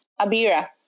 Abira